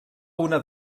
una